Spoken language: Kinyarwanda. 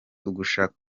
ugushaka